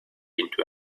into